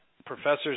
Professors